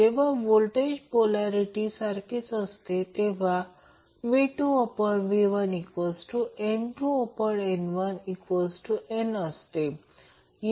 जेव्हा voltage polarity सारखीच असते तेव्हा V2V1N2N1n असते